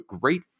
great